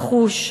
לחוש,